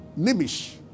Nimish